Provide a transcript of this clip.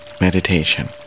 meditation